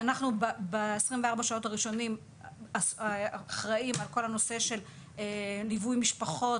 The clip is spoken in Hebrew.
ב-24 השעות הראשונות אנחנו אחראים על ליווי משפחות,